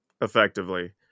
effectively